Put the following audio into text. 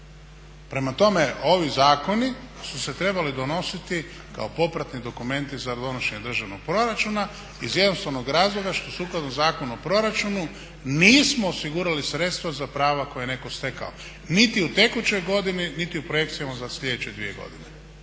Prema tome, ovi zakoni su se trebali donositi kao popratni dokumenti za donošenje državnog proračuna iz jednostavnog razloga što sukladno Zakonu o proračunu nismo osigurali sredstva za prava koja je netko stekao niti u tekućoj godini, niti u projekcijama za sljedeće dvije godine.